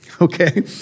Okay